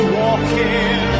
walking